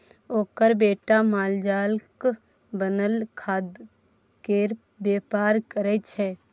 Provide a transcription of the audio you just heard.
ओकर बेटा मालजालक बनल खादकेर बेपार करय छै